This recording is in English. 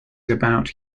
about